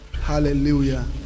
Hallelujah